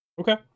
Okay